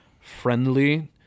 friendly